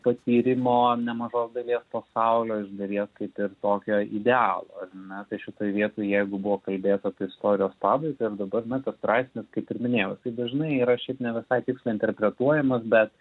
patyrimo nemažos dalies pasaulio iš dalies kaip ir tokio idealo ar ne tai šitoj vietoj jeigu buvo kalbėta apie istorijos pabaigą ir dabar na tas straipsnis kaip ir minėjau tai dažnai yra šiaip ne visai tiksliai interpretuojamas bet